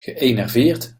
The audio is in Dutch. geënerveerd